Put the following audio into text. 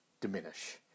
diminish